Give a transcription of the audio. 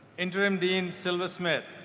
interim dean silva-smith,